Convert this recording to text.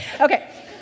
Okay